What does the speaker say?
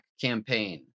campaign